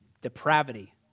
depravity